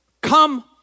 come